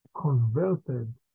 converted